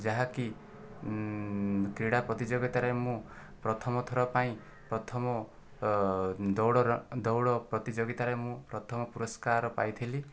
ଯାହାକି କ୍ରୀଡ଼ା ପ୍ରତିଯୋଗିତାରେ ମୁଁ ପ୍ରଥମଥର ପାଇଁ ପ୍ରଥମ ଦୌଡ଼ର ଦୌଡ଼ ପ୍ରତିଯୋଗିତାରେ ମୁଁ ପ୍ରଥମ ପୁରଷ୍କାର ପାଇଥିଲି